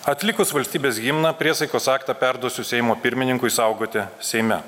atlikus valstybės himną priesaikos aktą perduosiu seimo pirmininkui saugoti seime